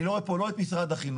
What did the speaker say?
אני לא רואה פה לא את משרד החינוך,